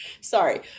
sorry